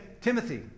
Timothy